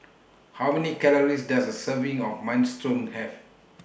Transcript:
How Many Calories Does A Serving of Minestrone Have